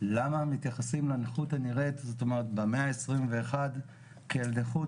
למה מתייחסים לנכות הנראית במאה ה-21 כאל נכות